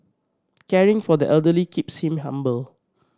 caring for the elderly keeps him humble